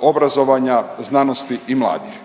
obrazovanja, znanosti i mladih.